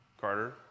Carter